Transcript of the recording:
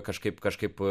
kažkaip kažkaip